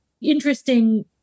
interesting